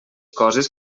coses